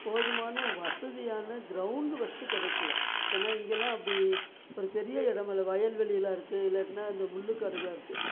போதுமான வசதியான ground first கிடைக்கல ஏனால் இங்கெல்லாம் அப்படி ஒரு பெரிய இடம் இல்லை வயல் வெளிலெலாம் இருக்குது இல்லாட்டினால் அந்த முள் காடுகளாக இருக்குது